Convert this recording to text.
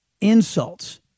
insults